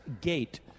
gate